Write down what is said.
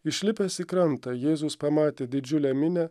išlipęs į krantą jėzus pamatė didžiulę minią